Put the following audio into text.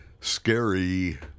scary